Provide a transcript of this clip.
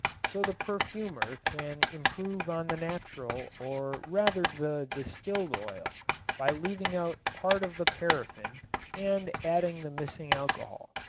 so the perfumer can improve on the natural or rather the distilled oil by leaving out part of the paraffin and adding the missing alcohol.